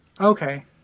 Okay